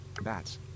Bats